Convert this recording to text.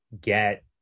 get